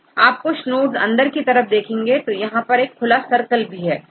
और आप कुछ नोड्स अंदर की तरफ भी देखेंगे यहां पर खुला सरकल भी है